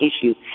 issues